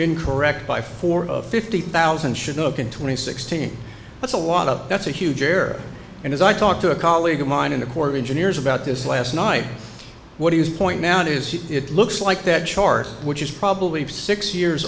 incorrect by four of fifty thousand should know can twenty sixteen that's a lot of that's a huge error and as i talked to a colleague of mine in the core of engineers about this last night what he has point down is he it looks like that chart which is probably six years